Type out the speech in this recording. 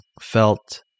felt